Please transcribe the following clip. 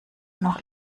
noch